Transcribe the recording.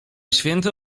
święty